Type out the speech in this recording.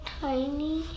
tiny